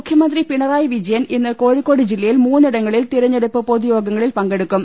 മുഖ്യമന്ത്രി പിണറായി വിജയൻ ഇന്ന് കോഴിക്കോട് ജില്ലയിൽ മൂന്നിടങ്ങളിൽ തെരഞ്ഞെടുപ്പ് പൊതുയോഗങ്ങളിൽ പങ്കെടുക്കും